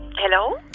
Hello